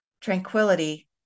tranquility